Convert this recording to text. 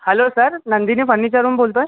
hello sir Nandini फर्निचरहून बोलतो आहे